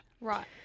Right